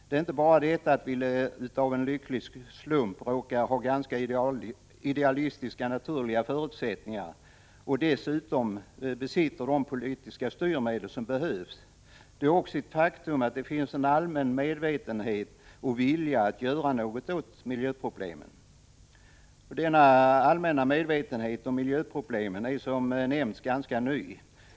Det är inte bara det att vi av en lycklig slump råkar ha ganska idealiska naturliga förutsättningar och dessutom besitter de politiska styrmedel som behövs — det är också ett faktum att det finns en allmän medvetenhet och vilja att göra något åt miljöproblemen. Denna allmänna medvetenhet om miljöproblemen är som nämnts ganska ny.